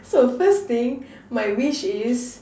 so first thing my wish is